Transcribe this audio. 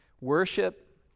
Worship